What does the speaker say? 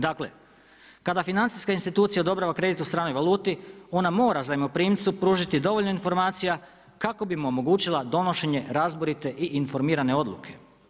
Dakle „kada financijska institucija odobrava kredit u stranoj valuti ona mora zajmoprimcu pružiti dovoljno informacija kako bi mu omogućila donošenje razborite i informirane odluke“